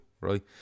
Right